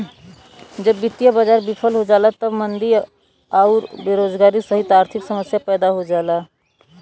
जब वित्तीय बाजार विफल हो जाला तब मंदी आउर बेरोजगारी सहित आर्थिक समस्या पैदा हो जाला